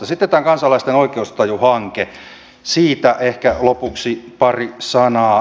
sitten tämä kansalaisten oikeustajuhanke siitä ehkä lopuksi pari sanaa